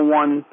one